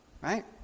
right